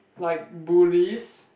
like bullies